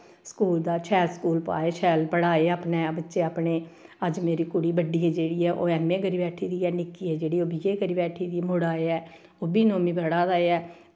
school दा शैल school पाए शैल पढ़ाए अपने बच्चे अपने अज्ज मेरी कुड़ी बड्डी ऐ जेह्ड़ी ओह् ऐम्म ए करी बैठी दी ऐ निक्की ऐ जेह्ड़ी ओह् बी ए करी बैठी दी मुड़ा ऐ ओह्बी नौमीं पढ़ा दा ऐ